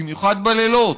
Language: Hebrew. במיוחד בלילות,